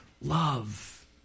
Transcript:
love